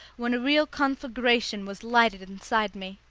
when a real conflagration was lighted inside me.